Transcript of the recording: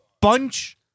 bunch